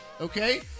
okay